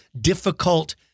difficult